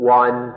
one